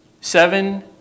seven